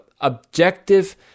objective